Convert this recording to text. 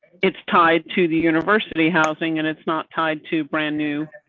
it's tied to the university housing and it's not tied to brand new.